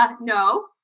No